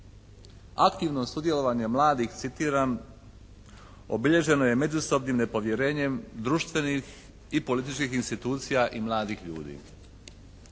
aktivno sudjelovanje mladih, citiram, obilježeno je međusobnim nepovjerenjem društvenih i političkih institucija i mladih ljudi.